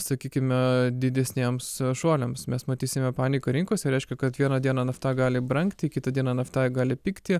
sakykime didesniems šuoliams mes matysime paniką rinkose reiškia kad vieną dieną nafta gali brangti kitą dieną nafta gali pigti